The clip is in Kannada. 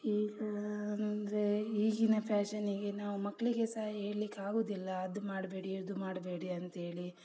ಈಗ ಅಂದರೆ ಈಗಿನ ಫ್ಯಾಷನ್ನಿಗೆ ನಾವು ಮಕ್ಕಳಿಗೆ ಸಹ ಹೇಳಲಿಕ್ಕಾಗೋದಿಲ್ಲ ಅದು ಮಾಡಬೇಡಿ ಇದು ಮಾಡಬೇಡಿ ಅಂಥೇಳಿ